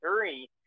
three